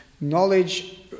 Knowledge